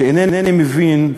שאינני מבין,